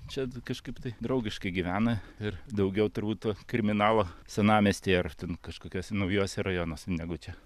čia kažkaip tai draugiškai gyvena ir daugiau turbūt to kriminalo senamiestyje ar ten kažkokiuose naujuose rajonuose negu čia